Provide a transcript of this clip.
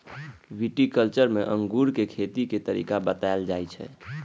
viticulture मे अंगूरक खेती के तरीका बताएल जाइ छै